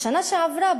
בשנה שעברה,